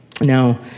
Now